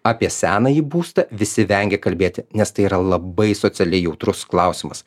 apie senąjį būstą visi vengia kalbėti nes tai yra labai socialiai jautrus klausimas